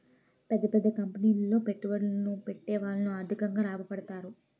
పెద్ద పెద్ద కంపెనీలో పెట్టుబడులు పెట్టేవాళ్లు ఆర్థికంగా లాభపడతారు